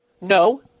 No